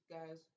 guys